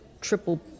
triple